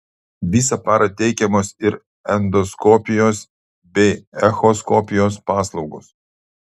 visą parą teikiamos ir endoskopijos bei echoskopijos paslaugos